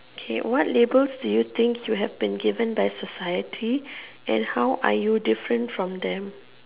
okay what label do you think you have been given by society and how are you different from them